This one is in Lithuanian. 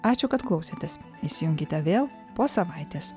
ačiū kad klausėtės įsijunkite vėl po savaitės